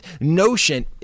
notion